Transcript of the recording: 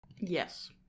Yes